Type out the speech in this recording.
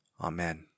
Amen